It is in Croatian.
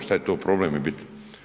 Što je to problem biti?